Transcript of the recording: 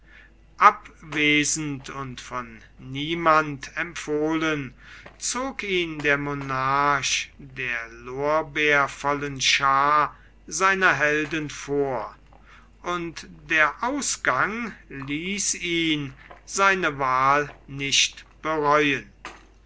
abwesend und von niemand empfohlen zog ihn der monarch der lorbeervollen schaar seiner helden vor und der ausgang ließ ihn seine wahl nicht bereuen